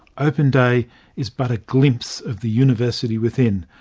open day is but a glimpse of the university within,